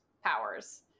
powers